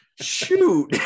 Shoot